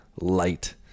light